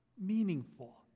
meaningful